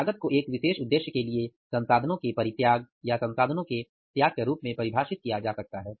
लागत को एक विशेष उद्देश्य के लिए संसाधनों के परित्याग या संसाधनों के त्याग के रूप में परिभाषित किया जा सकता है